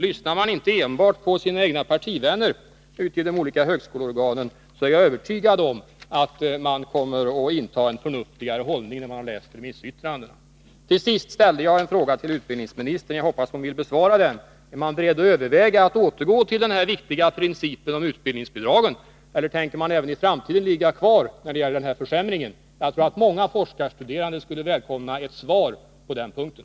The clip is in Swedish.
Lyssnar man inte enbart på sina egna partivänner i de olika högskoleorganen är jag övertygad om att man kommer att inta en mera förnuftig hållning när man har läst remissyttrandena. Till sist vill jag ställa en fråga till utbildningsministern, och jag hoppas att hon besvarar den: Är man beredd att överväga att återgå till den viktiga principen om utbildningsbidragen? Eller tänker man även i framtiden ligga kvar när det gäller denna försämring? Jag tror att många forskarstuderande skulle välkomna ett svar på den punkten.